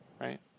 right